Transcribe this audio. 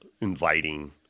inviting